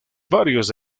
varios